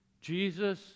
Jesus